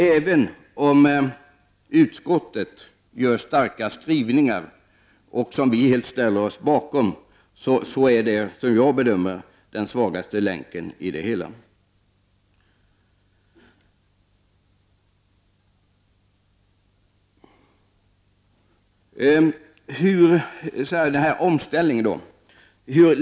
Även om utskottet gör starka skrivningar, som vi helt ställer oss bakom, är detta som jag bedömer det den svagaste länken i det hela. Jag återgår till frågan om omställning.